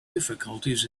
difficulties